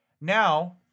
Now